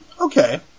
okay